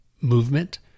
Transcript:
movement